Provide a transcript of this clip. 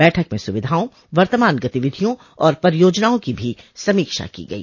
बैठक में सुविधाओं वर्तमान गतिविधियों और परियोजनाओं की भी समीक्षा की गई